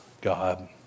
God